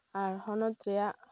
ᱟᱨ ᱦᱚᱱᱚᱛ ᱨᱮᱭᱟᱜ